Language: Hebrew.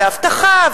והאבטחה,